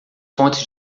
fontes